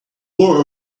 more